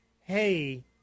hey